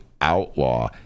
outlaw